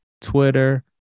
Twitter